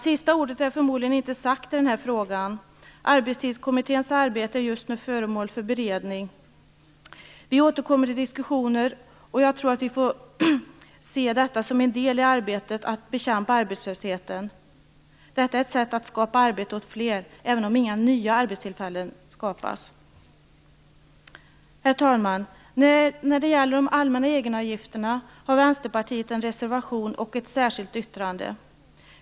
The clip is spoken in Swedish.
Sista ordet är förmodligen inte sagt i den här frågan. Arbetstidskommitténs arbete är just nu föremål för beredning. Vi återkommer till diskussionen, och jag tror att vi får se detta som en del i arbetet att bekämpa arbetslösheten. Detta är ett sätt att skapa arbete åt fler, även om inga nya arbetstillfällen skapas. Herr talman! När det gäller de allmänna egenavgifterna har Vänsterpartiet en reservation och ett särskilt yttrande.